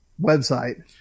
website